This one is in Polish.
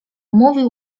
mówił